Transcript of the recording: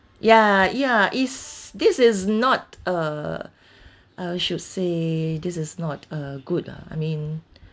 ya ya is this is not uh I should say this is not a good lah I mean